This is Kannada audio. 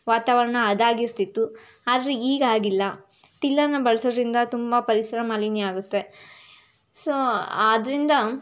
ವಾತಾವರಣ ಅದಾಗಿರ್ತಿತ್ತು ಆದರೆ ಈಗ ಹಾಗಿಲ್ಲ ಟಿಲ್ಲರ್ನ ಬಳಸೋದ್ರಿಂದ ತುಂಬ ಪರಿಸರ ಮಾಲಿನ್ಯ ಆಗುತ್ತೆ ಸೊ ಆದ್ದರಿಂದ